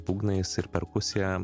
būgnais ir perkusija